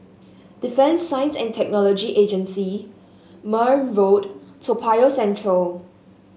Defence Science and Technology Agency Marne Road Toa Payoh Central